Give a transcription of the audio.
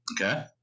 Okay